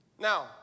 Now